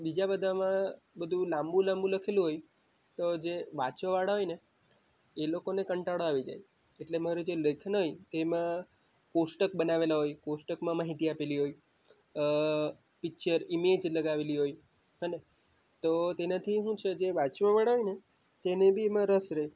બીજા બધામાં બધું લાબું લાબું લખેલું હોય તો જે વાંચવાવાળા હોયને એ લોકોને કંટાળો આવી જાય એટલે જે મારું લેખન હોય તેમાં કોષ્ટક બનાવેલા હોય કોષ્ટકમાં માહિતી આપેલી હોય પિક્ચર ઇમેજ લગાવેલી હોય અને તેનાથી શું છે જે વાંચવાવાળા હોયને છે તેને પણ રસ રહે